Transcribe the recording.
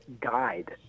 guide